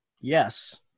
Yes